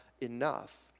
enough